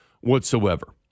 whatsoever